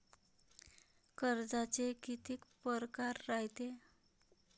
कर्जाचे कितीक परकार रायते?